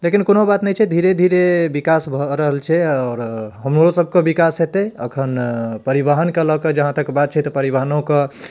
लेकिन कोनो बात नहि छै धीरे धीरे विकास भऽ रहल छै आओर हमरोसभके विकास हेतै एखन परिवहनके लऽ कऽ जहाँ तक बात छै तऽ परिवहनोके